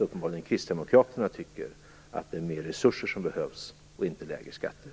Uppenbarligen tycker Kristdemokraterna att det är mera resurser som behövs, inte lägre skatter.